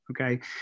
Okay